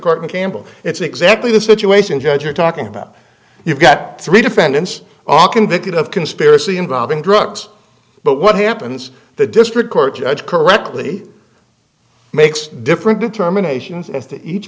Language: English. and campbell it's exactly the situation judge you're talking about you've got three defendants all convicted of conspiracy involving drugs but what happens the district court judge correctly makes different determinations as to each